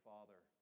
Father